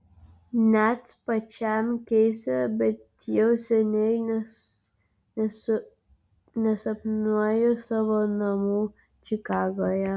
net pačiam keista bet jau seniai nesapnuoju savo namų čikagoje